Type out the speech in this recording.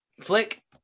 flick